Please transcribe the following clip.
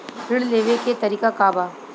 ऋण लेवे के तरीका का बा?